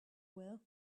will